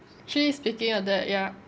she is picking at the ya